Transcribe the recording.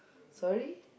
sorry